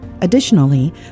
Additionally